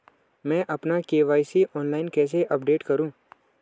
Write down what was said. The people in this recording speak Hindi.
मैं अपना के.वाई.सी ऑनलाइन कैसे अपडेट करूँ?